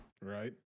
right